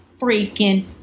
freaking